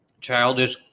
childish